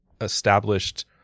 established